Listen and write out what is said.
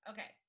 Okay